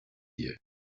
you